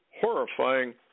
horrifying